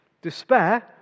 Despair